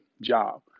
job